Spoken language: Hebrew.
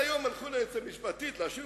אותו אחד שמצלצל למשטרה: אדוני,